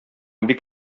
бик